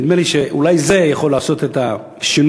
ונדמה לי שאולי זה יכול לעשות את השינוי,